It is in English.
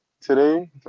Today